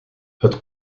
het